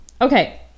Okay